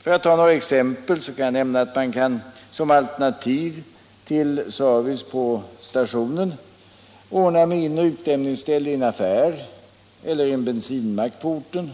För att här ta några exempel kan jag nämna att man som alternativ till service på stationen kan ordna med in och utlämningsställe i en affär eller en bensinmack på orten.